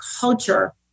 culture